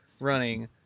running